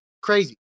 crazy